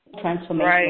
transformation